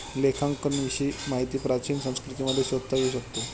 लेखांकनाविषयी माहिती प्राचीन संस्कृतींमध्ये शोधता येऊ शकते